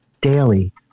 daily